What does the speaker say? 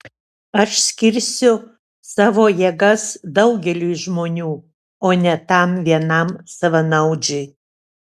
aš skirsiu savo jėgas daugeliui žmonių o ne tam vienam savanaudžiui